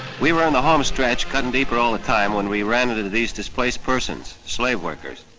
we were in the home stretch, cutting deeper all the time when we ran into these displaced persons, slave workers.